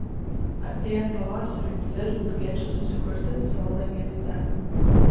artėjant pavasariui lidl kviečia susikurti sodą mieste